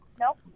Nope